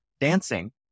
dancing